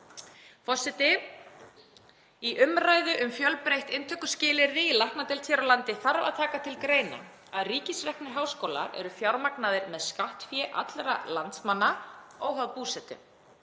Forseti. Í umræðu um fjölbreytt inntökuskilyrði í læknadeild hér á landi þarf að taka til greina að ríkisreknir háskólar eru fjármagnaðir með skattfé allra landsmanna óháð búsetu.